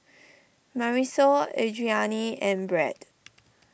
Marisol Adriane and Brad